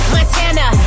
Montana